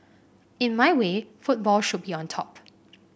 in my way football should be on top